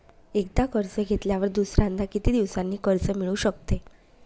एकदा कर्ज घेतल्यावर दुसऱ्यांदा किती दिवसांनी कर्ज मिळू शकते?